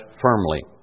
firmly